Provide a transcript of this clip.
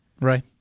Right